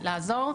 לעזור,